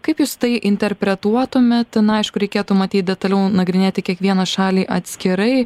kaip jūs tai interpretuotumėt na aišku reikėtų matyt detaliau nagrinėti kiekvieną šalį atskirai